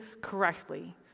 correctly